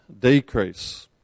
decrease